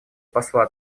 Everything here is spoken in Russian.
посла